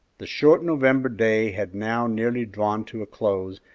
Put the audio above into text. the short november day had now nearly drawn to a close,